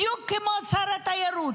בדיוק כמו שר התיירות,